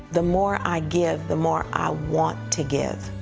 the more i give, the more i want to give.